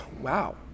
Wow